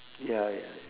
ya ya ya